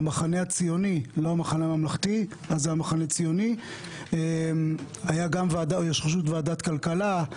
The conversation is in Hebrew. למחנה הציוני לא המחנה הממלכתי יש ראשות ועדת כלכלה,